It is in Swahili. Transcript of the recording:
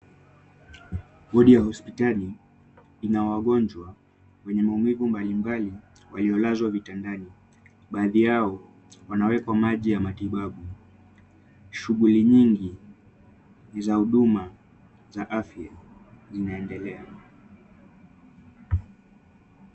wodi ya hospitali ina wagonjwa wenye maumivu mbalimbali waliolazwa hospitalini. Baadhi yao wanawekwa maji ya matibabu. Shughuli nyingi ni za huduma za afya zinaendelea.